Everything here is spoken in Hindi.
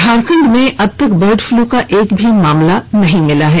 झारखंड में अब तक बर्ड फ्लू का एक भी मामला नहीं मिला है